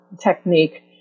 technique